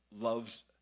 loves